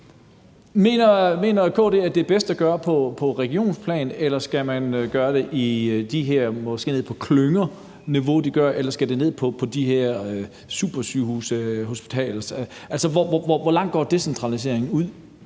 Mener KD, at det er bedst at gøre det på regionsplan, eller skal man gøre det nede på klyngeniveau, eller skal det ned på de her supersygehuse- og hospitalsniveauer, altså hvor langt går decentraliseringen ud?